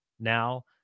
now